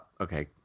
okay